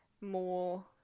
more